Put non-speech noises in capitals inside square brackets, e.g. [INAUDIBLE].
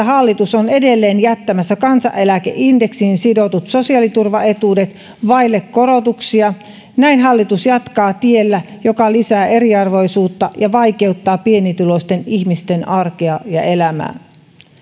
[UNINTELLIGIBLE] hallitus on edelleen jättämässä kansaneläkeindeksiin sidotut sosiaaliturvaetuudet vaille korotuksia näin hallitus jatkaa tiellä joka lisää eriarvoisuutta ja vaikeuttaa pienituloisten ihmisten arkea ja elämää